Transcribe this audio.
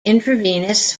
intravenous